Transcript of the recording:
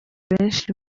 abenshi